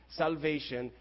salvation